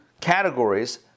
categories